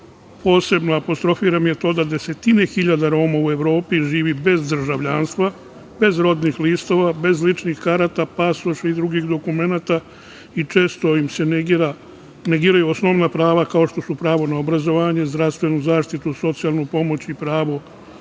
posebno apostrofiram je to da desetine hiljada Roma u Evropi živi bez državljanstva, bez rodnih listova, bez ličnih karata, pasoša i drugih dokumenata i često im se negiraju osnovna prava, kao što su pravo na obrazovanje, zdravstvenu zaštitu, socijalnu pomoć i pravo